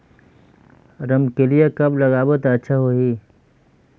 रमकेलिया कब लगाबो ता अच्छा होही?